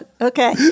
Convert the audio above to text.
Okay